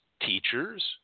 teachers